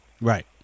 Right